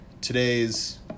today's